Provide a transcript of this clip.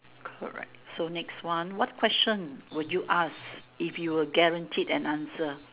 correct so next one what question would you ask if you're guaranteed that answer